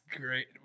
great